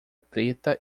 preta